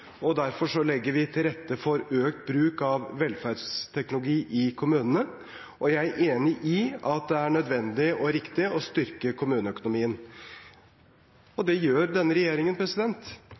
Derfor legger vi til rette for økt bruk av velferdsteknologi i kommunene. Jeg er enig i at det er nødvendig og riktig å styrke kommuneøkonomien. Det gjør denne regjeringen.